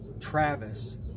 Travis